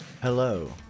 Hello